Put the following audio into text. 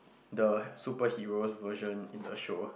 the superheroes version in the show